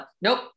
nope